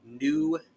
new